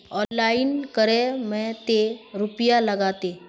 Online करे में ते रुपया लगते?